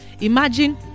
imagine